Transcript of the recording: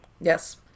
Yes